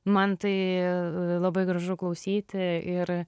man tai labai gražu klausyti ir